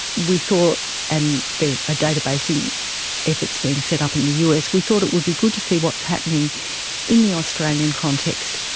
we thought, and the databasing efforts being set up in the us, we thought it would be good to see what's happening in the australian context,